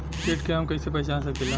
कीट के हम कईसे पहचान सकीला